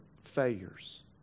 failures